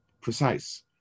precise